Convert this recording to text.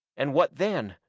and what then?